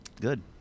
good